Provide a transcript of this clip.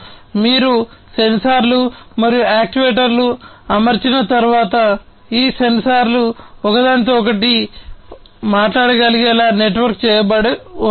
కాబట్టి మీరు సెన్సార్లు మరియు యాక్యుయేటర్లను అమర్చిన తర్వాత ఈ సెన్సార్లు ఒకదానితో ఒకటి మాట్లాడగలిగేలా నెట్వర్క్ చేయబడవచ్చు